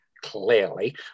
clearly